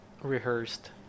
rehearsed